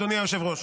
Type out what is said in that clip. אדוני היושב-ראש.